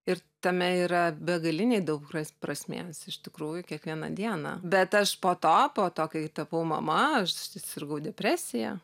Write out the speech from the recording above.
ir tame yra begaliniai daug pras prasmės iš tikrųjų kiekvieną dieną bet aš po to po to kai tapau mama aš susirgau depresija